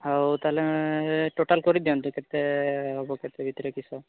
ଆଉ ତା'ହେଲେ ଟୋଟାଲ୍ କରି ଦିଅନ୍ତୁ କେତେ ହେବ କେତେ ଭିତରେ କିସ